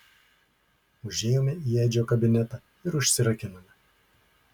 užėjome į edžio kabinetą ir užsirakinome